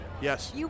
Yes